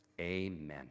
Amen